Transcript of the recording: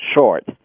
short